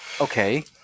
Okay